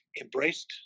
embraced